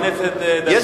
לפי התקנון,